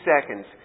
seconds